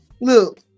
Look